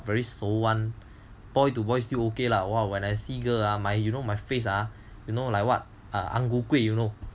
very 熟 [one] boy to boy still okay lah !wah! when I see girl ah my you know my face ah you know like what ah ang ku kueh you know